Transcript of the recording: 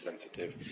sensitive